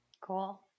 Cool